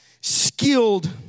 skilled